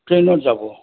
ট্ৰেইনত যাব